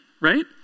right